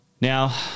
Now